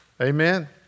Amen